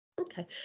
Okay